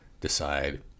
decide